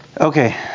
Okay